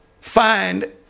find